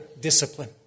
discipline